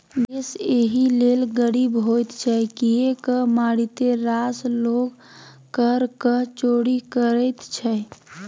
देश एहि लेल गरीब होइत छै किएक मारिते रास लोग करक चोरि करैत छै